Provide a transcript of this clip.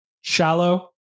Shallow